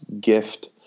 gift